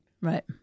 Right